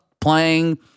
playing